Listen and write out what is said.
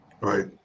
right